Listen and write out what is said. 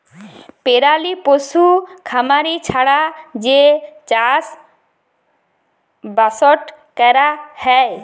পেরালি পশু খামারি ছাড়া যে চাষবাসট ক্যরা হ্যয়